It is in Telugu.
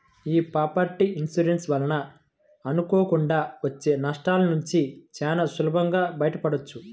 యీ ప్రాపర్టీ ఇన్సూరెన్స్ వలన అనుకోకుండా వచ్చే నష్టాలనుంచి చానా సులభంగా బయటపడొచ్చు